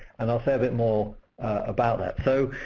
and i'll say a bit more about that so